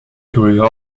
grew